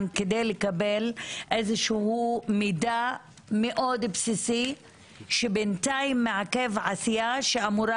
כדי לקבל איזשהו מידע מאוד בסיסי שבינתיים מעכב עשייה שאמורה